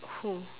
cool